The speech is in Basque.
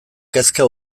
kezka